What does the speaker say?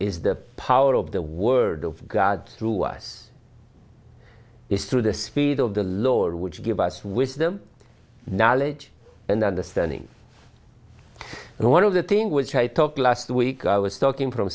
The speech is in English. is the power of the word of god through us is through the speed of the lord which give us wisdom knowledge and understanding and one of the thing which i talked last week i was talking from